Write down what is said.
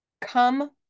come